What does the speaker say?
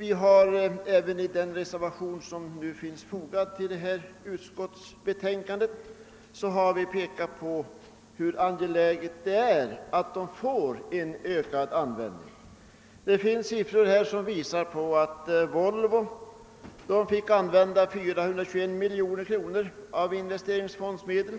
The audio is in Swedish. I reservationen 2 till bevillningsutskottets betänkande nr 36 påvisas hur angeläget det är att investeringsfonderna får en ökad användning. Det finns siffror som visar att Volvo fick använda 421 miljoner kronor av investeringsfondsmedel.